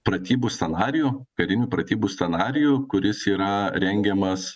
pratybų scenarijų karinių pratybų scenarijų kuris yra rengiamas